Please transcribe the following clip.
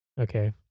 Okay